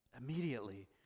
Immediately